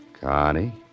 Connie